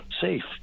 safe